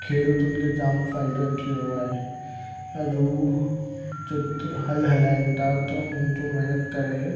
खेडूतनि खे जामु फ़ाइदो थियो आहे ऐं अॼु हू जेतिरा हल हलाइनि था त हुन जो महिनत करे